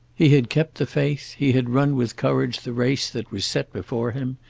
he had kept the faith. he had run with courage the race that was set before him.